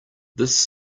this